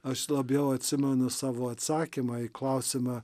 aš labiau atsimenu savo atsakymą į klausimą